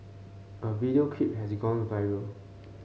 a video clip has gone viral